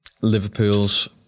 Liverpool's